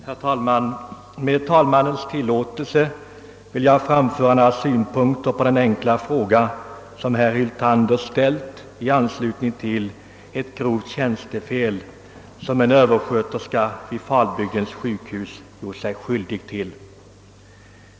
Herr talman! Med kammarens medgivande vill jag anföra några synpunkter på den enkla fråga herr Hyltander ställt i anslutning till ett grovt tjänstefel som en översköterska på Falbygdens sjukhus gjort sig skyldig till.